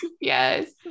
Yes